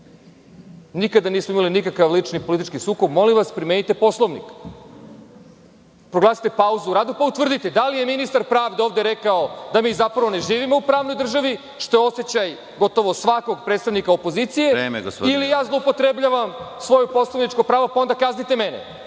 Nikada nismo imali nikakav lični politički sukob. Molim vas, primenite Poslovnik. Proglasite pauzu u radu pa onda utvrdite da li je ministar pravde ovde rekao da mi zapravo ne živimo u pravnoj državi, što je osećaj gotovo svakog predstavnika opozicije, ili ja zloupotrebljavam svoje poslovničko pravo i onda kaznite mene.